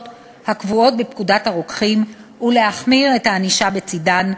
הקבועות בפקודת הרוקחים ולהחמיר את הענישה שבצדן,